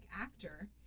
actor